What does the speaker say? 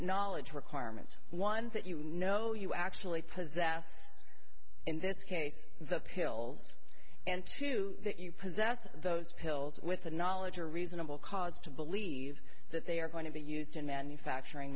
knowledge requirements one that you know you actually possess in this case the pills and two that you possess those pills with the knowledge or reasonable cause to believe that they are going to be used in manufacturing